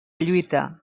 lluita